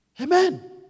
Amen